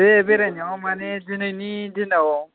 बे बेरायनायाव माने दिनैनि दिनाव